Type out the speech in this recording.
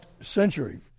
century